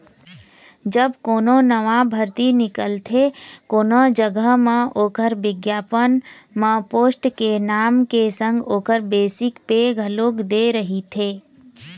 जब कोनो नवा भरती निकलथे कोनो जघा म ओखर बिग्यापन म पोस्ट के नांव के संग ओखर बेसिक पे घलोक दे रहिथे